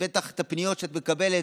ובטח הפניות שאת מקבלת,